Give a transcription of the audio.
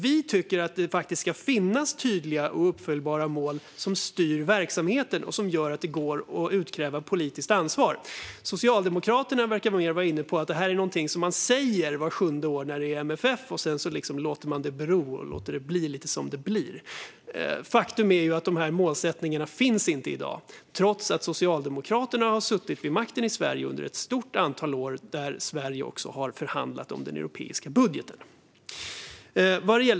Vi tycker att det ska finnas tydliga och uppföljbara mål som styr verksamheten och som gör att det går att utkräva politiskt ansvar. Socialdemokraterna verkar vara mer inne på att det är någonting man säger vart sjunde år, när det är dags för MFF:en, och sedan låter man det bero och bli lite som det blir. Faktum är att de här målsättningarna inte finns i dag, trots att Socialdemokraterna har suttit vid makten i Sverige under ett stort antal år och att Sverige då även har förhandlat om den europeiska budgeten.